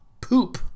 poop